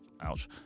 ouch